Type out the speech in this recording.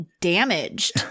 damaged